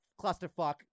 clusterfuck